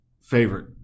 favorite